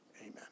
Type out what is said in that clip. Amen